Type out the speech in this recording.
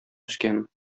үскән